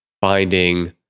finding